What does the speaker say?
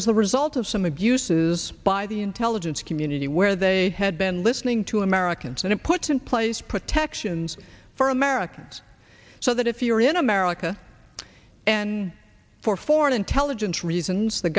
the result of some abuses by the intelligence community where they had been listening to americans and it puts in place protections for americans so that if you are in america and for foreign intelligence reasons